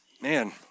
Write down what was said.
Man